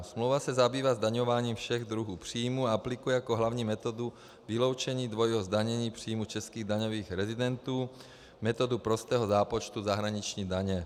Smlouva se zabývá zdaňováním všech druhů příjmů a aplikuje jako hlavní metodu vyloučení dvojího zdanění příjmu českých daňových rezidentů metodu prostého zápočtu zahraniční daně.